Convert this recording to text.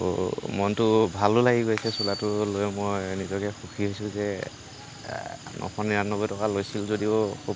আৰু মনটো ভালো লাগি গৈছে চোলাটো লৈ মই এনেকোৱাকৈ সুখী হৈছো যে নশ নিৰান্নব্বৈ টকা লৈছিল যদিও খুব